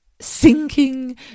sinking